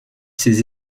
ses